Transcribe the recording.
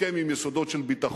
הסכם עם יסודות של ביטחון,